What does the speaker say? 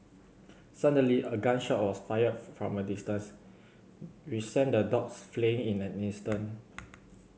suddenly a gun shot was fired from a distance which sent the dogs fleeing in an instant